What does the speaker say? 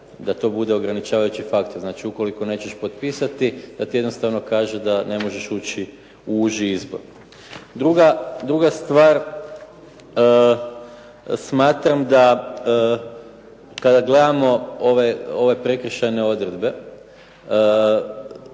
da to bude ograničavajući faktor. Znači ukoliko nećeš potpisati da ti jednostavno kaže da ne možeš ući u uži izbor. Druga stvar, smatram da kada gledamo ove prekršajne odredbe,